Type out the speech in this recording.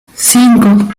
cinco